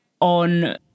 on